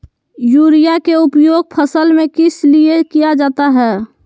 Urea के उपयोग फसल में किस लिए किया जाता है?